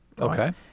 Okay